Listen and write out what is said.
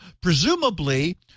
presumably